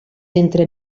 entre